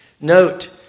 Note